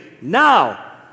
now